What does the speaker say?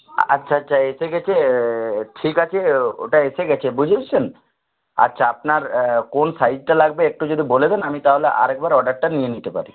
আচ্ছা আচ্ছা এসে গিয়েছে ঠিক আছে ওটা এসে গিয়েছে বুঝেছেন আচ্ছা আপনার কোন সাইজটা লাগবে একটু যদি বলে দেন আমি তা হলে আর একবার অর্ডারটা নিয়ে নিতে পারি